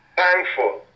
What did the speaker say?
thankful